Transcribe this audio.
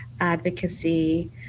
advocacy